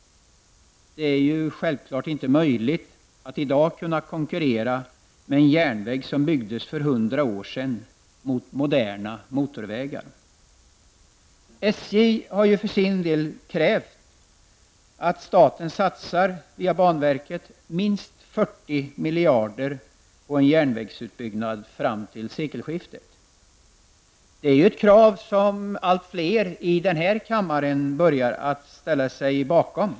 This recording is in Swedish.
Det är självklart inte möjligt att en järnväg som byggdes för hundra år sedan i dag skall kunna konkurrera med moderna motorvägar. SJ har för sin del krävt att staten via banverket skall satsa minst 40 miljarder på en järnvägsutbyggnad fram till sekelskiftet. Det är ett krav som allt fler i denna kammare börjar ställa sig bakom.